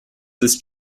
ist